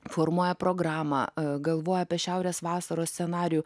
formuoja programą galvoja apie šiaurės vasaros scenarijų